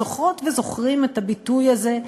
זוכרות וזוכרים את הביטוי הזה,